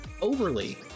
Overly